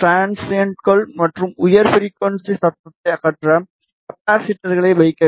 டிரான்சிண்ட்கள் மற்றும் உயர் ஃபிரிகுவன்ஸி சத்தத்தை அகற்ற கப்பாசிட்டர்களை வைக்க வேண்டும்